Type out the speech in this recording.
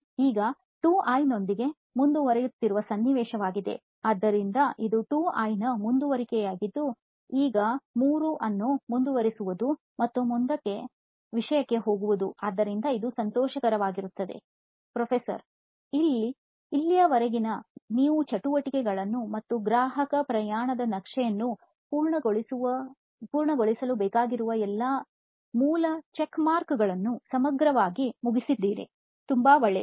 ಈಗ 2 ನೊಂದಿಗೆ ಮುಂದುವರಿಯುತ್ತಿರುವ ಸನ್ನಿವೇಶವಾಗಿದೆ ಆದ್ದರಿಂದ ಇದು 2 ನ ಮುಂದುವರಿಕೆಯಾಗಿದ್ದು ಈಗ 3 ಅನ್ನು ಮುಂದುವರಿಸುವುದು ಮತ್ತು ಮುಂದಿನ ವಿಷಯಕ್ಕೆ ಹೋಗುತ್ತಿದೆ ಆದ್ದರಿಂದ ಇದು ಸಂತೋಷದಾಯಕವಾಗಿರುತ್ತದೆ ಪ್ರೊಫೆಸರ್ ಸರಿ ಇಲ್ಲಿಯವರೆಗಿನ ನೀವು ಚಟುವಟಿಕೆಯನ್ನು ಮತ್ತು ಗ್ರಾಹಕ ಪ್ರಯಾಣದ ನಕ್ಷೆಯನ್ನು ಪೂರ್ಣಗೊಳಿಸಲು ಬೇಕಾಗಿರುವ ಎಲ್ಲಾ ಮೂಲ ಚೆಕ್ಮಾರ್ಕ್ಗಳನ್ನೂ ಸಮಗ್ರವಾಗಿ ಮುಗಿಸಿದ್ದೀರಿ ತುಂಬಾ ಒಳ್ಳೆಯದು